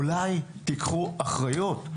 אולי תיקחו אחריות?